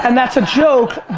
and that's a joke,